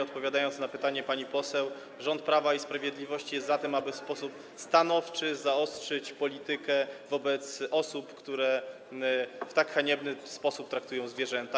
Odpowiadając na pytanie pani poseł - rząd Prawa i Sprawiedliwości jest za tym, aby w sposób stanowczy zaostrzyć politykę wobec osób, które w tak haniebny sposób traktują zwierzęta.